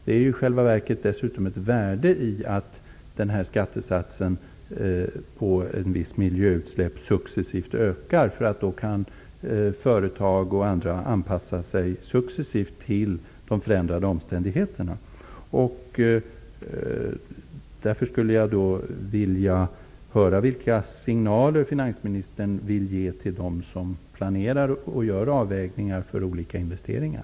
Det ligger i själva verket dessutom ett värde i att skattesatsen på ett visst miljöutsläpp ökar -- då kan företag och andra successivt anpassa sig till de förändrade omständigheterna. Därför skulle jag vilja höra vilka signaler finansministern vill ge till dem som planerar och gör avvägningar för olika investeringar.